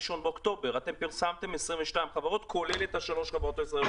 אתם פרסמתם 22 חברות, כולל את החברות הישראליות.